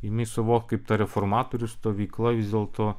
imi suvokt kaip ta reformatorių stovykla vis dėlto